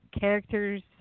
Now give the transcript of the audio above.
characters